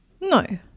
No